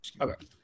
Okay